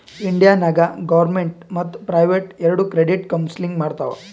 India ನಾಗ್ government ಮತ್ತ private ಎರೆಡು ಕ್ರೆಡಿಟ್ ಕೌನ್ಸಲಿಂಗ್ ಮಾಡ್ತಾವ್